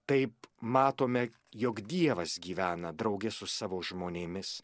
taip matome jog dievas gyvena drauge su savo žmonėmis